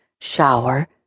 Shower